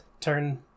turn